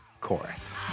chorus